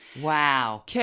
Wow